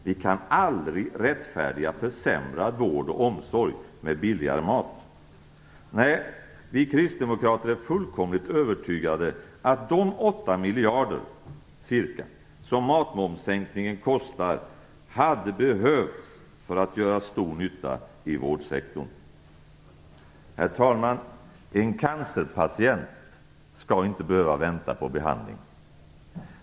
Man kan aldrig rättfärdiga försämrad vård och omsorg med billigare mat. Nej, vi kristdemokrater är fullkomligt övertygade om att de ca 8 miljarder, som matmomssänkningen kostar, hade behövts för att göra stor nytta i vårdsektorn. Herr talman! En cancerpatient skall inte behöva vänta på behandling.